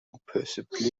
imperceptibly